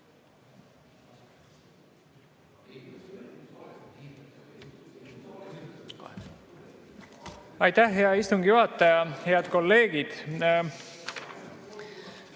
Aitäh, hea istungi juhataja! Head kolleegid!